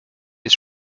ist